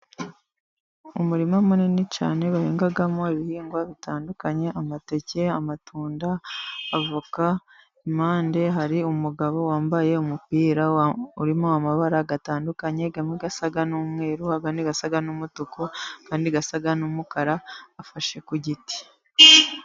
Umurima munini cyane bahingamo ibihingwa bitandukanye, amateke, amatunda, avoka, impande hari umugabo wambaye umupira urimo amabara atandukanye, amwe asa n'umweru, ayandi asa n'umutuku, ayandi asa n'umukara, afashe ku giti.